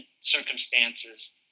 circumstances